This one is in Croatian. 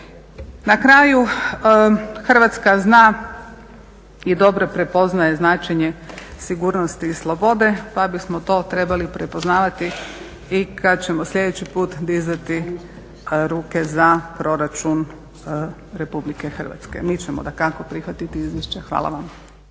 Na kraju Hrvatska zna i dobro prepoznaje značenje sigurnosti i slobode, pa bismo to trebali prepoznavati i kad ćemo sljedeći put dizati ruke za proračun Republike Hrvatske. Mi ćemo dakako prihvatiti izvješće. Hvala vam.